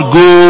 go